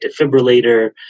defibrillator